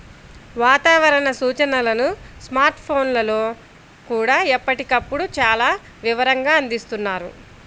వాతావరణ సూచనలను స్మార్ట్ ఫోన్లల్లో కూడా ఎప్పటికప్పుడు చాలా వివరంగా అందిస్తున్నారు